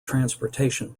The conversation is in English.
transportation